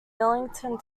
millington